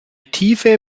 tiefe